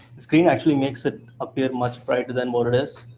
the screen actually makes it appear much brighter than what it is.